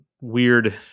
weird